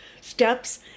steps